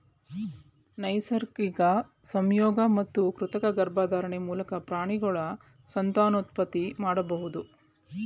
ನೈಸರ್ಗಿಕ ಸಂಯೋಗ ಮತ್ತು ಕೃತಕ ಗರ್ಭಧಾರಣೆ ಮೂಲಕ ಪ್ರಾಣಿಗಳು ಸಂತಾನೋತ್ಪತ್ತಿ ಮಾಡಬೋದು